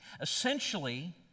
Essentially